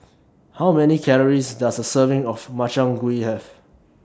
How Many Calories Does A Serving of Makchang Gui Have